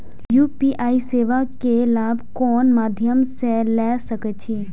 UPI सेवा के लाभ कोन मध्यम से ले सके छी?